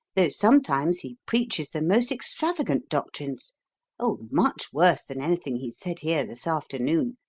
though sometimes he preaches the most extravagant doctrines oh, much worse than anything he's said here this afternoon.